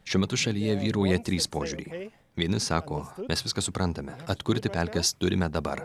šiuo metu šalyje vyrauja trys požiūriai vieni sako mes viską suprantame atkurti pelkes turime dabar